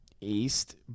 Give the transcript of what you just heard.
East